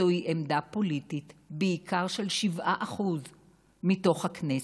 זוהי עמדה פוליטית בעיקר של 7% מתוך הכנסת,